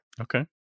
Okay